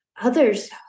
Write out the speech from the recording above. others